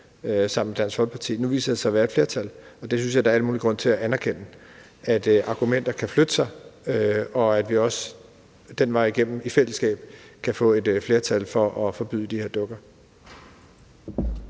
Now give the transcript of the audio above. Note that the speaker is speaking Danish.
sammen med Dansk Folkeparti. Nu viser der sig så at være et flertal, og det synes jeg der er al mulig grund til at anerkende, altså at argumenter kan flytte sig, og at vi også ad den vej i fællesskab kan få et flertal for at forbyde de her dukker.